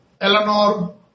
Eleanor